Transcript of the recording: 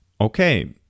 Okay